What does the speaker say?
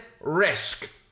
risk